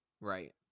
Right